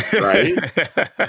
right